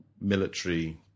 military